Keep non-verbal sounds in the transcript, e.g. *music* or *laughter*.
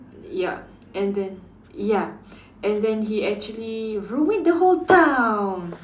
ya and then ya *breath* and then he actually ruined the whole town